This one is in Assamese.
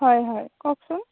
হয় হয় কওকচোন